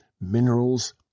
minerals